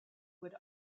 would